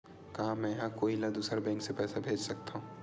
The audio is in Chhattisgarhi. का मेंहा कोई ला दूसर बैंक से पैसा भेज सकथव?